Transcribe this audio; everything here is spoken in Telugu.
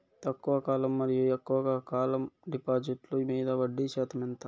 తక్కువ కాలం మరియు ఎక్కువగా కాలం డిపాజిట్లు మీద వడ్డీ శాతం ఎంత?